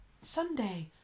Sunday